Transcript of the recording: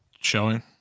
showing